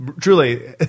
truly